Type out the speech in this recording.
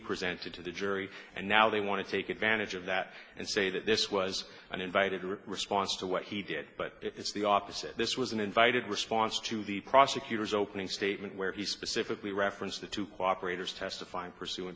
presented to the jury and now they want to take advantage of that and say that this was an invited response to what he did but it's the opposite this was an invited response to the prosecutor's opening statement where he specifically referenced it to cooperate as testifying pursu